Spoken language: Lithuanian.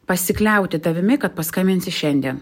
pasikliauti tavimi kad paskambinsi šiandien